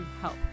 help